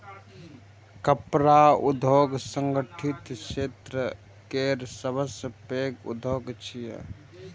कपड़ा उद्योग संगठित क्षेत्र केर सबसं पैघ उद्योग छियै